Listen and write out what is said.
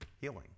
healing